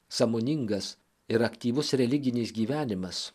sąmoningas ir aktyvus religinis gyvenimas